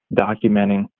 documenting